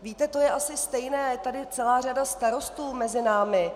Víte, to je asi stejné, je tady celá řada starostů mezi námi.